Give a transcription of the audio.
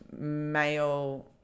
male